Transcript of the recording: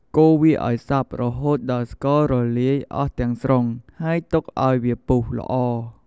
កូរវាឱ្យសព្វរហូតដល់ស្កររលាយអស់ទាំងស្រុង ហើយទុកអោយវាពុះល្អ។